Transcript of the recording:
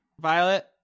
Violet